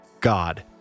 God